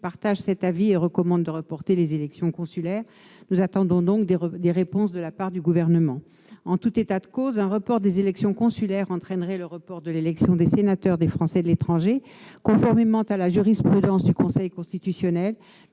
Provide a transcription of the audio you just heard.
partage cet avis et recommande de reporter les élections consulaires. Nous attendons donc des réponses de la part du Gouvernement. En tout état de cause, un report des élections consulaires entraînerait le report de l'élection des sénateurs des Français de l'étranger, conformément à la jurisprudence du Conseil constitutionnel.